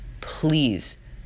please